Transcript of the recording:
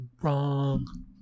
Wrong